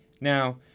Now